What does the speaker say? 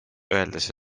öeldes